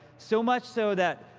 so much so that.